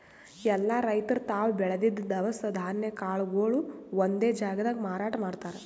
ಎಲ್ಲಾ ರೈತರ್ ತಾವ್ ಬೆಳದಿದ್ದ್ ದವಸ ಧಾನ್ಯ ಕಾಳ್ಗೊಳು ಒಂದೇ ಜಾಗ್ದಾಗ್ ಮಾರಾಟ್ ಮಾಡ್ತಾರ್